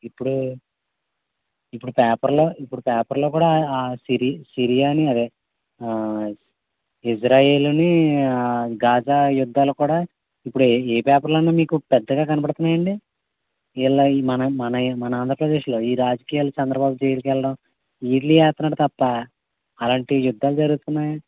ఇప్పుడూ ఇప్పుడు పేపర్లో ఇప్పుడు పేపర్లో కూడా సిరి సిరియాని అదే ఇజ్రయేలునీ ఘజా యుద్ధాలకూడా ఇప్పుడే ఏ పేపర్లో అయినా మీకు పెద్దగా కనబడుతాన్నాయండి వీళ్ళ మన మన మన ఆంధ్రప్రదేశ్లో ఈ రాజకీయలు చంద్రబాబు జైలుకెళ్ళడం వీటిలవే వేస్తున్నాడు తప్పా అలాంటి యుద్దాలు జరుగుతున్నాయి